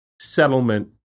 settlement